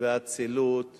ואצילות